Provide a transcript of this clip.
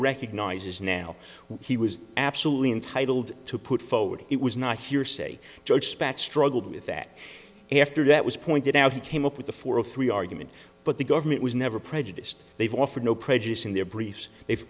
recognizes now he was absolutely entitled to put forward it was not hearsay george speight struggled with that and after that was pointed out he came up with the four of three argument but the government was never prejudiced they've offered no prejudice in their br